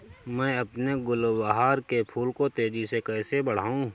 मैं अपने गुलवहार के फूल को तेजी से कैसे बढाऊं?